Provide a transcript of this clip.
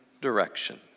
direction